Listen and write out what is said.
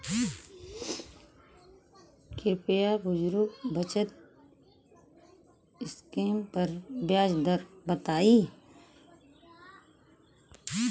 कृपया बुजुर्ग बचत स्किम पर ब्याज दर बताई